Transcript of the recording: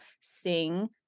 sing